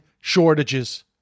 shortages